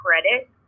credit